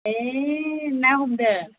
ए ना हमदों